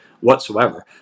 whatsoever